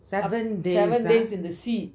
seven days ah